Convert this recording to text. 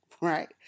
right